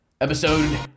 Episode